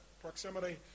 proximity